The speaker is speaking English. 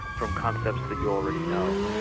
from concepts that you already know.